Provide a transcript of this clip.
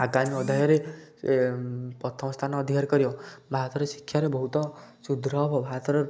ଆଗାମୀ ଅଧ୍ୟାୟରେ ପ୍ରଥମ ସ୍ଥାନ ଅଧିକାର କରିବ ଭାରତର ଶିକ୍ଷାରେ ବହୁତ ସୁଦୃଢ଼ ହେବ ଭାରତର